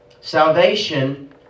salvation